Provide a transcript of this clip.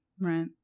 Right